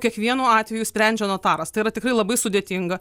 kiekvienu atveju sprendžia notaras tai yra tikrai labai sudėtinga